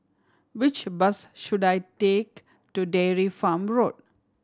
which bus should I take to Dairy Farm Road